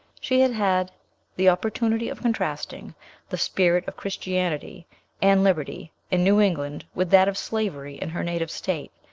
she had had the opportunity of contrasting the spirit of christianity and liberty in new england with that of slavery in her native state,